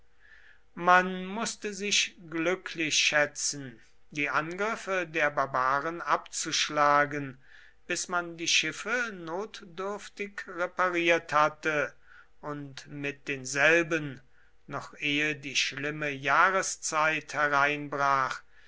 man mußte sich glücklich schätzen die angriffe der barbaren abzuschlagen bis man die schiffe notdürftig repariert hatte und mit denselben noch ehe die schlimme jahreszeit hereinbrach